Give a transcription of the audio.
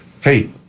Hey